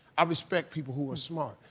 i respect people who are smart.